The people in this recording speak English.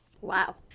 Wow